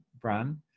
brand